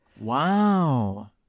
Wow